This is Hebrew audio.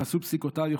בחסות פסיקותיו,